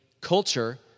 culture